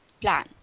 plan